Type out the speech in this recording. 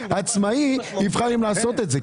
העצמאי יבחר אם לעשות את זה,